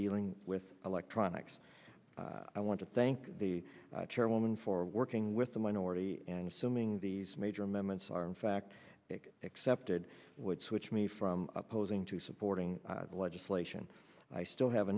dealing with electronics i want to thank the chairwoman for working with the minority and assuming these major amendments are in fact accepted would switch me from opposing to supporting the legislation i still have